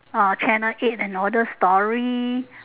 ah channel eight and all those story